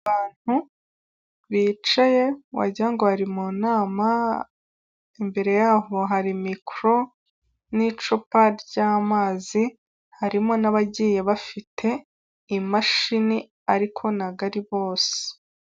Abantu bicaye wagira ngo bari mu nama, imbere y'abo hari mikoro n'icupa ry'amazi harimo n'abagiye bafite imashini ariko ntago ari bose.